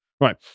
right